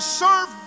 serve